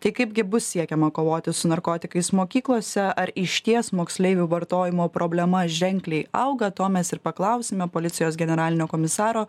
tai kaipgi bus siekiama kovoti su narkotikais mokyklose ar išties moksleivių vartojimo problema ženkliai auga to mes ir paklausėme policijos generalinio komisaro